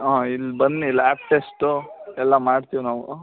ಹಾಂ ಇಲ್ಲಿ ಬನ್ನಿ ಲ್ಯಾಬ್ ಟೆಸ್ಟು ಎಲ್ಲ ಮಾಡ್ತೀವಿ ನಾವು